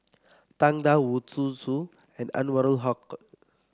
Tang Da Wu Zhu Xu and Anwarul Haque